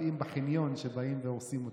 מתחבאים בחניון שבאים והורסים אותה.